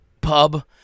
pub